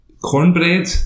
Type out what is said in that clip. Cornbread